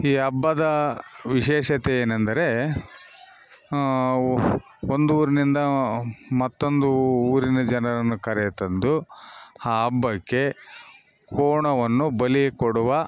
ಈ ಹಬ್ಬದ ವಿಶೇಷತೆ ಏನೆಂದರೆ ಒಂದೂರಿನಿಂದ ಮತ್ತೊಂದು ಊರಿನ ಜನರನ್ನು ಕರೆ ತಂದು ಆ ಹಬ್ಬಕ್ಕೆ ಕೋಣವನ್ನು ಬಲಿ ಕೊಡುವ